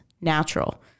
natural